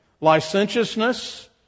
Licentiousness